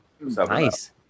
Nice